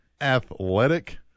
athletic